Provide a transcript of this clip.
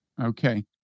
Okay